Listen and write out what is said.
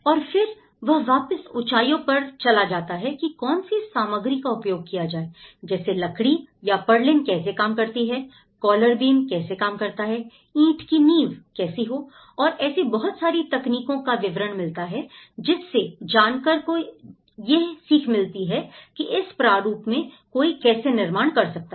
और फिर वह वापस ऊंचाइयों पर चला जाता है कि कौन सी सामग्री का उपयोग किया जाए जैसे लकड़ी की परलिन कैसे काम करती हैं कॉलर बीम कैसे काम करता है ईंट की नीव कैसी हो और ऐसी बहुत सारी तकनीकों का विवरण मिलता है कि जिससे जानकर को यह सीख मिलती है कि इस प्रारूप में कोई कैसे निर्माण कर सकता है